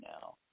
now